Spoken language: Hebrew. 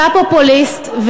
אתה פופוליסט,